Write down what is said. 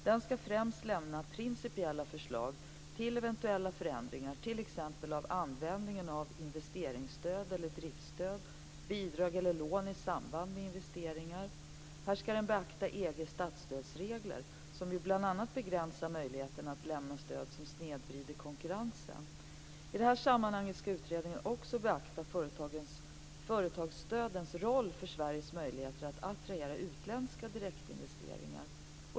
Den ska främst lämna principiella förslag till eventuella förändringar av t.ex. användningen av investeringsstöd eller driftstöd, bidrag eller lån i samband med investeringar. Här ska den beakta EG:s statsstödsregler, som ju bl.a. begränsar möjligheterna att lämna stöd som snedvrider konkurrensen. I detta sammanhang ska utredningen också beakta företagsstödens roll för Sveriges möjligheter att attrahera utländska direktinvesteringar.